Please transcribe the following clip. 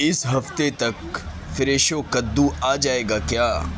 اس ہفتے تک فریشو کدو آ جائے گا کیا